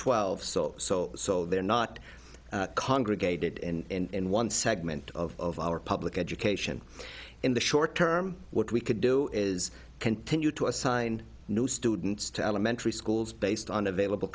twelve so so so they're not congregated in one segment of our public education in the short term what we could do is continue to assign new students to elementary schools based on available